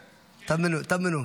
תָמֵנוּ.